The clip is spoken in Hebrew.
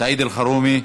סעיד אלחרומי,